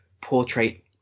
portrait